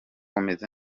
umeze